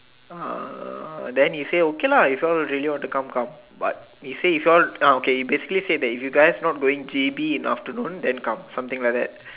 uh then he say okay lah if you all really want to come come but he say if you all uh okay he basically say that if you guys not going J_B in the afternoon then come something like that